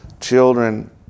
children